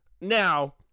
Now